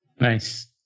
Nice